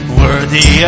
worthy